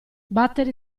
battere